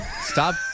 Stop